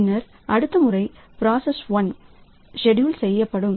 பின்னர் அடுத்த முறை பிராசஸ் 1 ஷெட்யூல் செய்யப்படும்